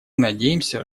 надеемся